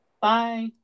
Bye